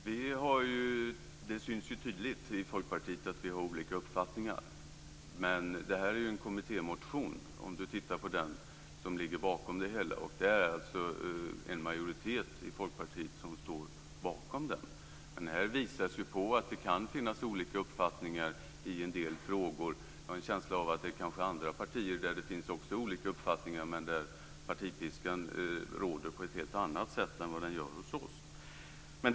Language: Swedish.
Fru talman! Det är ju tydligt att vi i Folkpartiet har olika uppfattningar. Men detta är en kommittémotion som ligger bakom det hela, och det är en majoritet i Folkpartiet som står bakom den. Här visas det på att det kan finnas olika uppfattningar i en del frågor. Jag har en känsla av att det finns olika uppfattningar i andra partier, men där råder partipiskan på ett helt annat sätt än vad den gör hos oss.